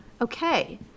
okay